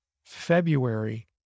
February